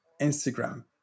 Instagram